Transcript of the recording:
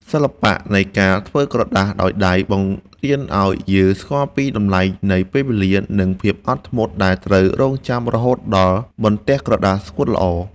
សិល្បៈនៃការធ្វើក្រដាសដោយដៃ បង្រៀនឱ្យយើងស្គាល់ពីតម្លៃនៃពេលវេលា និង ភាពអត់ធ្មត់ដែលត្រូវរង់ចាំរហូតដល់បន្ទះក្រដាសស្ងួតល្អ។